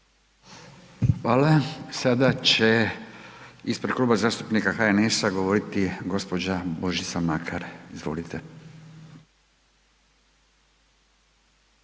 Hvala. Sada će ispred Kluba zastupnika HNS-a govoriti gospođa Božica Makar. Izvolite. **Makar,